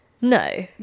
No